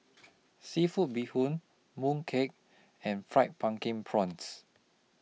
Seafood Bee Hoon Mooncake and Fried Pumpkin Prawns